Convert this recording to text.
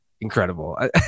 incredible